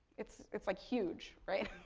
it's it's like huge, right.